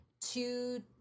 two